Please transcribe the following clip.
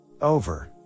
over